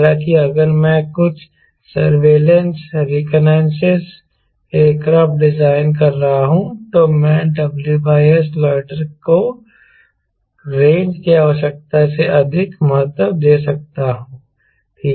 हालांकि अगर मैं कुछ सर्विलेंस रीकोनाइसंस एयरक्राफ्ट डिजाइन कर रहा हूं तो मैं W S लॉइटर को रेंज की आवश्यकता से अधिक महत्व दे सकता हूं ठीक है